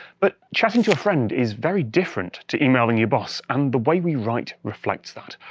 but chatting to a friend is very different to emailing your boss, and the way we write reflects that.